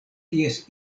ties